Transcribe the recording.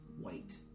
white